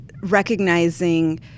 Recognizing